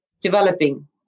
developing